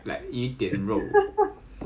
and walk very fast at the first week